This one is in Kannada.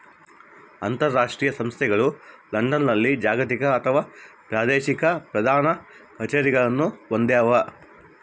ಅಂತರಾಷ್ಟ್ರೀಯ ಸಂಸ್ಥೆಗಳು ಲಂಡನ್ನಲ್ಲಿ ಜಾಗತಿಕ ಅಥವಾ ಪ್ರಾದೇಶಿಕ ಪ್ರಧಾನ ಕಛೇರಿಗಳನ್ನು ಹೊಂದ್ಯಾವ